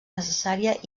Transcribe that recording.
necessària